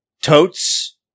Totes